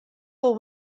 will